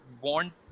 want